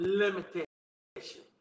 limitation